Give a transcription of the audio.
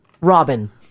Robin